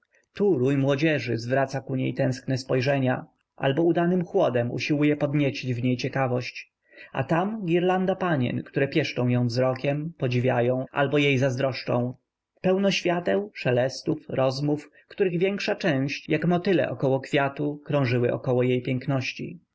rój młodzieży zwraca ku niej tęskne spojrzenia albo udanym chłodem usiłuje podniecić w niej ciekawość a tam girlanda panien które pieszczą ją wzrokiem podziwiają albo jej zazdroszczą pełno świateł szelestów rozmów których większa część jak motyle około kwiatu krążyły około jej piękności